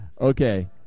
okay